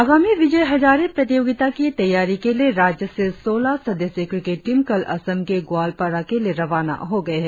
आगामी विजय हजारे प्रतियोगिता की तैयारी के लिए राज्य से सोलह सदस्यीय क्रिकेट टीम कल असम के गोअलपाड़ा के लिये रवाना हो गए है